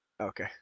Okay